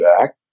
back